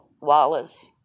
Wallace